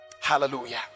Hallelujah